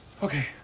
Okay